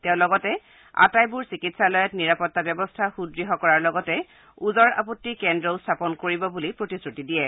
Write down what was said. তেওঁ লগতে আটাইবোৰ চিকিৎসালয়ত নিৰাপত্তা ব্যৱস্থা সুদঢ় কৰা লগতে ওজৰ আপত্তি কেন্দ্ৰও স্থাপন কৰিব বুলি প্ৰতিশ্ৰুতি দিয়ে